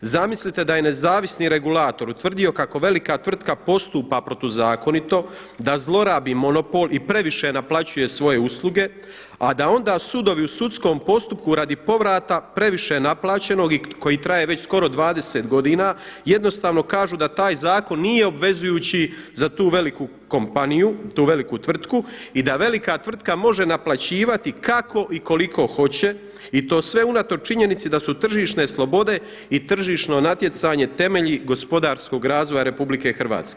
Zamislite da je nezavisni regulator utvrdio kako velika tvrtka postupa protuzakonito, da zlorabi monopol i previše naplaćuje svoje usluge a da onda sudovi u sudskom postupku radi povrata previše naplaćenog i koji traje već skoro 20 godina, jednostavno kažu da taj zakon nije obvezujući za tu veliku kompaniju, tu veliku tvrtku i da velika tvrtka može naplaćivati kako i koliko hoće i to sve unatoč činjenicu da su tržišne slobode i tržišno natjecanje temelji gospodarskog razvoja RH.